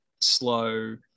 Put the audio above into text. slow